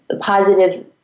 positive